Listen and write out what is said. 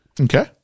Okay